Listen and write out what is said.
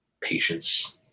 patience